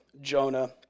Jonah